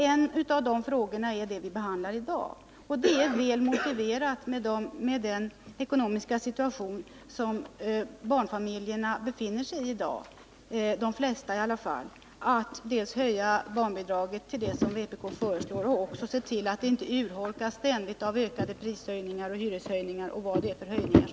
Ett av dessa förslag behandlar vi i dag. Det är motiverat med hänsyn till den ekonomiska situation som barnfamiljerna befinner sig, i varje fall de flesta. Frågan gäller alltså att höja barnbidraget och att se till att det inte ständigt urholkas av prisoch hyreshöjningar samt andra höjningar.